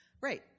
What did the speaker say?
Great